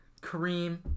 Kareem